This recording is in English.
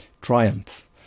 triumph